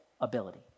ability